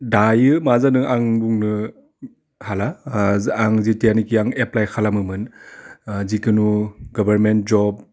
दायो मा जादों आं बुंनो हाला आं जिथियानाखि एप्लाइ खालामोमोन जिखुनु गभानमेन्ट जब